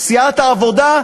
סיעת העבודה,